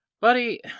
buddy